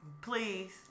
Please